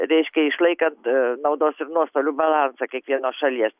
reiškia išlaikant naudos ir nuostolių balansą kiekvienos šalies